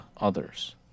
others